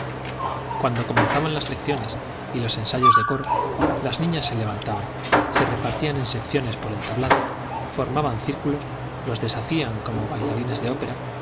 cuando comenzaban las lecciones y los ensayos de coro las niñas se levantaban se repartían en secciones por el tablado formaban círculos los deshacían como bailarinas de ópera